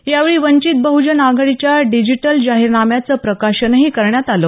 यावेळी वंचित बहुजन आघाडीच्या डिजिटल जाहीरनाम्याचं प्रकाशनही करण्यात आलं